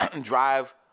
drive